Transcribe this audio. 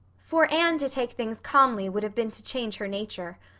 for anne to take things calmly would have been to change her nature.